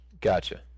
Gotcha